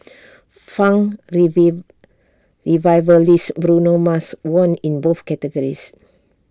funk revive revivalist Bruno Mars won in both categories